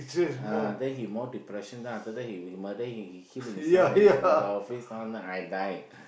uh then he more depression then after that if he murder and he kill himself in the office lah then after that I die